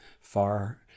far